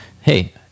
hey